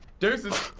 deuces.